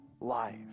life